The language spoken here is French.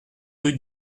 rue